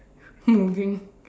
moving